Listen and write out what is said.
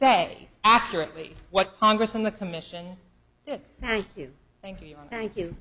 say accurately what congress and the commission thank you thank you